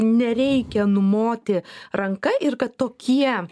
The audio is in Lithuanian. nereikia numoti ranka ir kad tokie